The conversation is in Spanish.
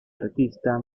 artista